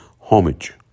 homage